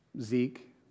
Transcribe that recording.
Zeke